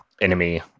enemy